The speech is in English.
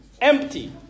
empty